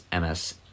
MS